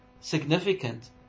significant